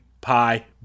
pie